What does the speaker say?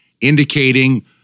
indicating